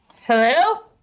Hello